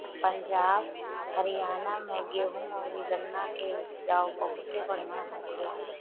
पंजाब, हरियाणा में गेंहू अउरी गन्ना के उपज बहुते बढ़िया होखेला